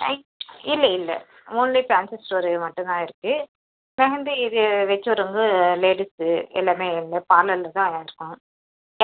இல்லை இல்லை only fancy store மட்டும்தான் இருக்குது மெஹந்தி இது வச்சு விட்றவங்க லேடிஸு எல்லாமே எங்கள் பார்லர்தான் இருப்பாங்க